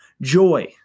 Joy